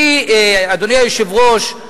אדוני היושב-ראש,